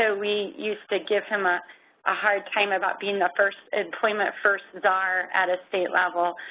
ah we used to give him ah a hard time about being the first employment first czar at a state level.